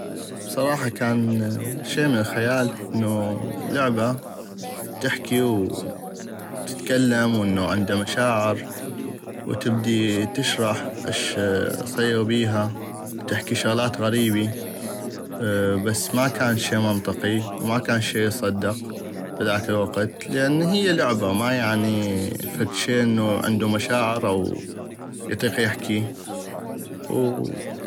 بصراحة كان شي من الخيال انو لعبة تحكي وتتكلم وانو عندا مشاعر وتبدي تشرح اش صيغ بيها تحكي شغلات غريبي بس ما كان شي منطقي وما كان شي يصدق بهذاك الوقت لان هيا لعبة ما يعني فدشي عندو مشاعر او اطيق يحكي.